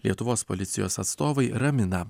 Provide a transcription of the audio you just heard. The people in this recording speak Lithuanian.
lietuvos policijos atstovai ramina